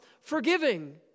forgiving